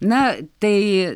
na tai